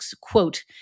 quote